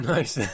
Nice